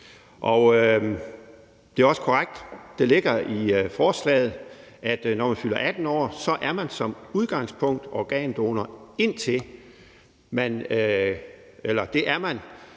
ligger i forslaget, at når man fylder 18 år, er man som udgangspunkt organdonor,